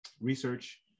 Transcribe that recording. research